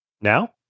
now